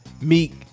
Meek